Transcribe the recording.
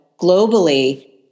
globally